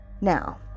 Now